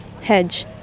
hedge